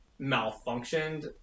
malfunctioned